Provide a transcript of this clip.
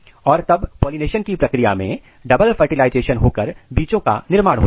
और तब पॉलिनेशन की प्रक्रिया मैं डबल फर्टिलाइजेशन होकर बीजों का निर्माण होता है